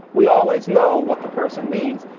we always know what the person means.